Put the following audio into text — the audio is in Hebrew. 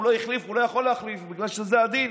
הוא לא החליף, הוא לא יכול להחליף בגלל שזה הדין.